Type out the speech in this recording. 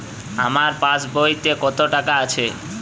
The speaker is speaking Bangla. আমার পাসবইতে কত টাকা আছে?